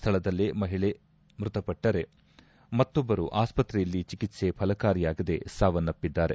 ಸ್ಥಳದಲ್ಲೇ ಮಹಿಳೆ ಮೃತ್ತಪಟ್ಟರೆ ಮತ್ತೊಬ್ಲರು ಆಸ್ಪತ್ರೆಯಲ್ಲಿ ಚಿಕಿತ್ತೆ ಫಲಕಾರಿಯಾಗದೆ ಸಾವನ್ನಪ್ಪದ್ದಾರೆ